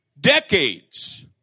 decades